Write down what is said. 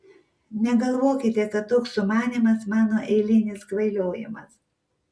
negalvokite kad toks sumanymas mano eilinis kvailiojimas